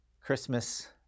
Christmas